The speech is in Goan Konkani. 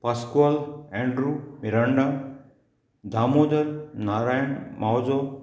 Pascal Andrew Miranda Damodar Narayan Mauzo